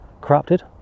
corrupted